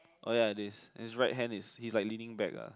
oh ya his his right hand is he is like leading back